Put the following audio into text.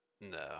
No